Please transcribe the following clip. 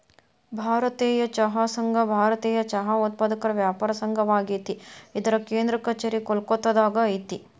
ಭಾರತೇಯ ಚಹಾ ಸಂಘ ಭಾರತೇಯ ಚಹಾ ಉತ್ಪಾದಕರ ವ್ಯಾಪಾರ ಸಂಘವಾಗೇತಿ ಇದರ ಕೇಂದ್ರ ಕಛೇರಿ ಕೋಲ್ಕತ್ತಾದಾಗ ಐತಿ